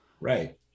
Right